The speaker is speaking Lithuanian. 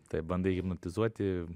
taip bandai hipnotizuoti